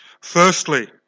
Firstly